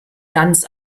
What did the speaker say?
ganz